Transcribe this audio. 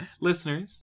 Listeners